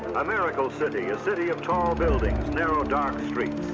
a miracle city, a city of tall buildings, narrow, dark streets,